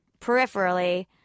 peripherally